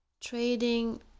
trading